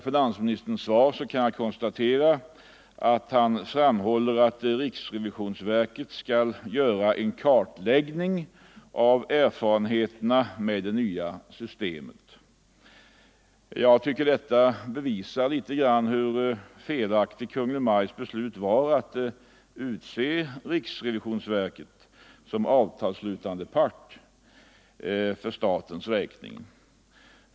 Finansministern framhåller i sitt svar att riksrevisionsverket skall göra en kartläggning av erfarenheterna med det nya systemet. Jag tycker detta bevisar hur felaktigt Kungl. Maj:ts beslut att utse riksrevisionsverket som avtalsslutande part för statens räkning var.